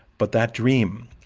but that dream,